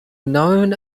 known